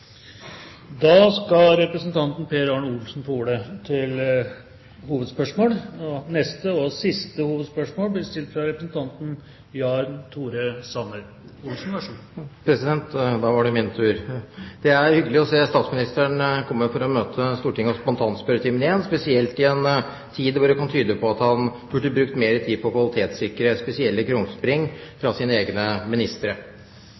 til neste hovedspørsmål. Da var det min tur. Det er hyggelig å se statsministeren komme for å møte Stortinget i spontanspørretimen igjen, spesielt i en tid da det kan tyde på at han burde brukt mer tid på å kvalitetssikre spesielle krumspring fra sine egne ministre.